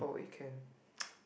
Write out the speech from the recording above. oh wait can